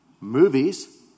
movies